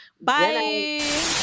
Bye